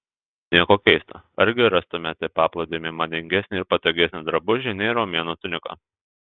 nieko keista argi rastumėte paplūdimiui madingesnį ir patogesnį drabužį nei romėnų tunika